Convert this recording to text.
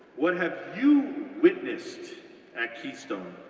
what have you witnessed at keystone?